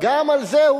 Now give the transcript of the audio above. על זה מוכנים להסכים.